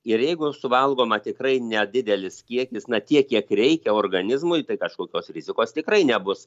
ir jeigu suvalgoma tikrai nedidelis kiekis na tiek kiek reikia organizmui tai kažkokios rizikos tikrai nebus